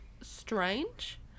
strange